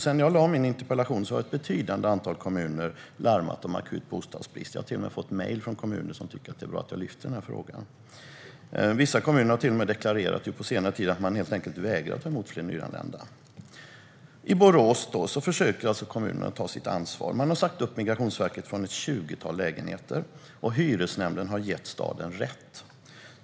Sedan jag ställde min interpellation har ett betydande antal kommuner larmat om akut bostadsbrist. Jag har till och med fått mejl från kommuner som tycker att det är bra att jag lyfter fram den här frågan. Vissa kommuner har på senare tid till och med deklarerat att man helt enkelt vägrar att ta emot fler nyanlända. I Borås försöker kommunen att ta sitt ansvar. Man har sagt upp Migrationsverket från ett tjugotal lägenheter, och Hyresnämnden har gett staden rätt.